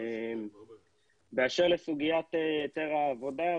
באשר לסוגיית היתר העבודה,